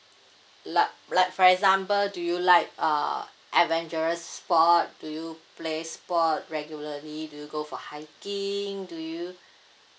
li~ like for example do you like uh adventurous sport do you play sport regularly do you go for hiking do you